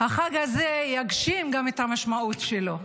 החג הזה יגשים גם את המשמעות שלו.